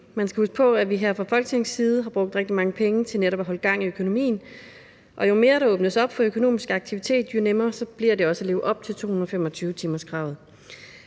Man skal huske på, at vi her fra Folketingets side har brugt rigtig mange penge til netop at holde gang i økonomien, og jo mere der åbnes op for økonomisk aktivitet, jo nemmere bliver det også at leve op til 225-timerskravet.